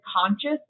conscious